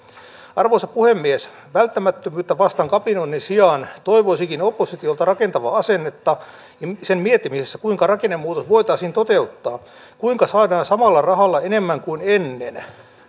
arvoisa puhemies välttämättömyyttä vastaan kapinoinnin sijaan toivoisinkin oppositiolta rakentavaa asennetta ja sen miettimistä kuinka rakennemuutos voitaisiin toteuttaa kuinka saadaan samalla rahalla enemmän kuin ennen